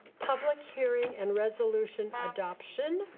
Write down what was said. public hearing and resolution adoption.